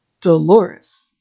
Dolores